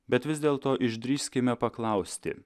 bet vis dėlto išdrįskime paklausti